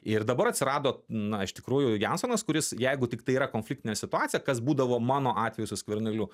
ir dabar atsirado na iš tikrųjų jansonas kuris jeigu tiktai yra konfliktinė situacija kas būdavo mano atveju su skverneliu